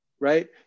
right